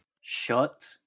Shut